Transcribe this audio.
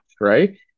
right